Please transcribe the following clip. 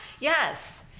Yes